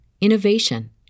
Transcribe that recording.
innovation